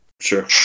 Sure